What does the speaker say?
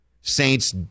Saints